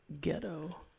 ghetto